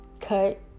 cut